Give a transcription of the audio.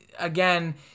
Again